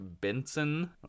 Benson